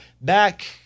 Back